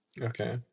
Okay